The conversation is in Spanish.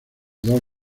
dos